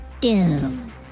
Doom